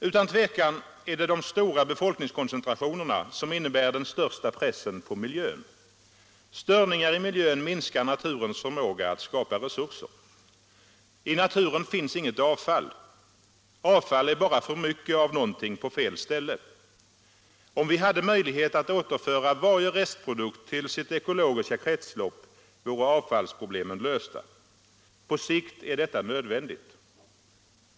Utan tvivel är det de stora befolkningskoncentrationerna som innebär den största pressen på miljön. Störningar i miljön minskar naturens förmåga att skapa resurser. I naturen finns inget avfall. Avfall är bara för mycket av någonting på fel ställe. Om vi hade möjlighet att återföra varje restprodukt till sitt ekologiska kretslopp, vore avfallsproblemen lösta. På sikt är detta nödvändigt.